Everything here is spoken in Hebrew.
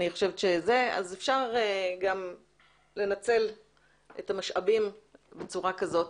אז אפשר גם לנצל את המשאבים בצורה כזאת.